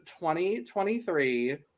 2023